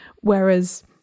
whereas